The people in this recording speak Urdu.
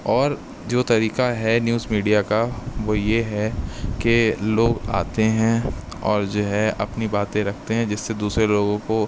اور جو طریقہ ہے نیوز میڈیا کا وہ یہ ہے کہ لوگ آتے ہیں اور جو ہے اپنی باتیں رکھتے ہیں جس سے دوسرے لوگوں کو